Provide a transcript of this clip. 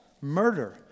murder